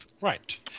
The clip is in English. Right